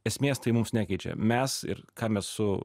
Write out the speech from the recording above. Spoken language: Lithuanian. esmės tai mums nekeičia mes ir ką mes su